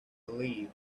believe